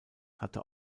hatte